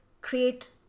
create